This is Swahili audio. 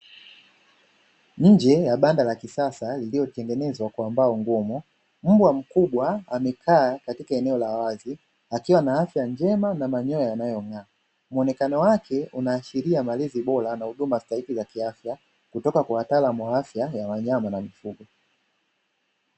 Nnje ya banda la kisasa lililotengenezwa kwa mbao ngumu, mbwa mkubwa amekaa katika eneo la wazi akiwa na afya njema na manyoya yanayo ng'aa, muonekano wake unaashiria malezi bora na huduma stahiki za kiafya, kutoka kwa wataalamu wa afya ya wanyama na mifugo.